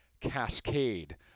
cascade